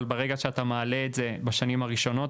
אבל ברגע אתה מעלה את זה בשנים הראשונות,